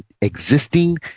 existing